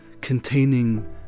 containing